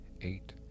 eight